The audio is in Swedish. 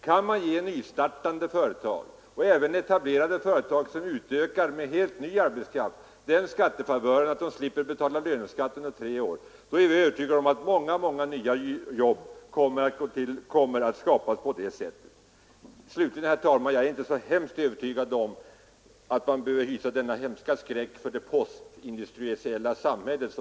Kan man ge nystartande företag och även etablerade företag som utökar arbetsstyrkan med ny arbetskraft den skattefavören att de slipper betala löneskatt under tre år, så är vi övertygade om att många, många nya jobb kommer att skapas. Slutligen, herr talman, är jag inte så alldeles övertygad om att man behöver visa denna stora skräck för det postindustriella samhället.